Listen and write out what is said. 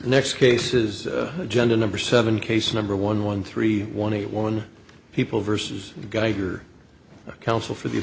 next cases agenda number seven case number one one three one eight one people versus geiger counsel for the